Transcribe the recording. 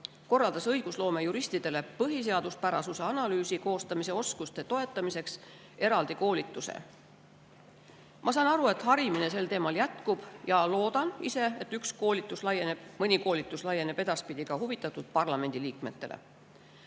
korraldas õigusloome juristidele põhiseaduspärasuse analüüsi koostamise oskuste toetamiseks eraldi koolituse. Ma saan aru, et harimine sel teemal jätkub. Ja ise loodan, et mõni koolitus laieneb edaspidi ka asjast huvitatud parlamendiliikmetele. Tagasivaade